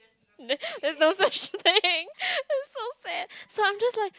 there's no such thing that's so sad so I'm just like